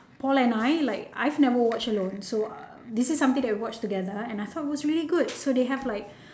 paul and I like I've never watched alone so uh this is something that we watch together and I thought it was really good so they have like